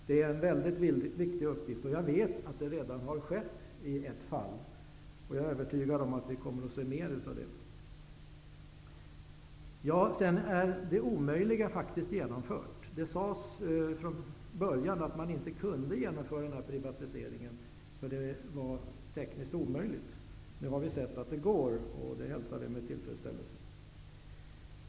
Det en mycket viktig uppgift, och jag vet att det redan har skett i ett fall. Jag är övertygad om att vi kommer att få se mer av detta. Vidare är nu det omöjliga faktiskt genomfört. Det sades från början att man inte kunde genomföra denna privatisering, eftersom det var tekniskt ogörligt. Nu har vi sett att det går, och det hälsar vi med tillfredsställelse.